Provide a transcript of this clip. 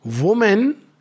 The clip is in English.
woman